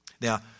Now